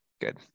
Good